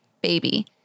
baby